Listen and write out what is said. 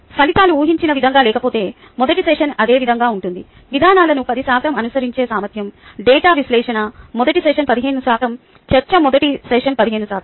ఫలితాలు ఊహించిన విధంగా లేకపోతే మొదటి సెషన్ అదే విధంగా ఉంటుంది విధానాలను 10 శాతం అనుసరించే సామర్థ్యం డేటా విశ్లేషణ మొదటి సెషన్ 15 శాతం చర్చ మొదటి సెషన్ 15 శాతం